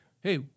hey